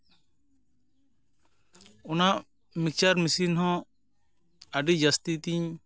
ᱚᱱᱟ mixture machine ᱦᱚᱸ ᱟᱹᱰᱤ ᱡᱟᱹᱥᱛᱤ ᱛᱤᱧ